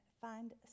find